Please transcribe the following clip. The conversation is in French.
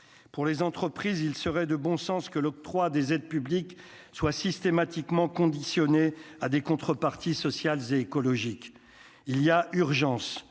pour les entreprises, il serait de bon sens que l'octroi des aides publiques soient systématiquement conditionnée à des contreparties sociales et écologiques, il y a urgence,